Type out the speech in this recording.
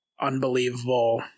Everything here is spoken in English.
unbelievable